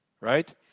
right